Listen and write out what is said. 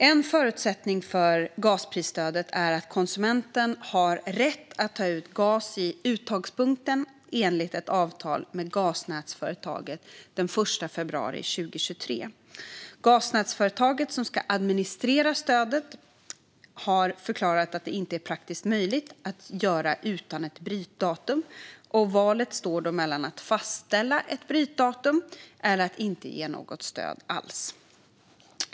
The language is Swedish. En förutsättning för gasprisstödet är att konsumenten hade rätt att ta ut gas i uttagspunkten enligt ett avtal med gasnätsföretaget den 1 februari 2023. Gasnätsföretagen som ska administrera stödet har förklarat att detta inte är praktiskt möjligt att göra utan ett brytdatum, och valet står då mellan att fastställa ett brytdatum och att inte ge något stöd alls.